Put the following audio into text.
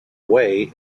way